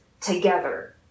together